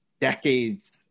decades